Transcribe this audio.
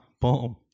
Boom